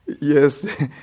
yes